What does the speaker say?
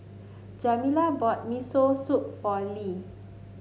Jamila bought Miso Soup for Le